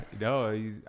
no